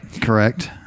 Correct